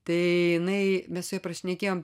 tai jinai mes su ja prašnekėjom